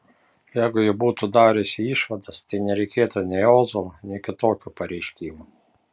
jeigu ji būtų dariusi išvadas tai nereikėtų nei ozolo nei kitokių pareiškimų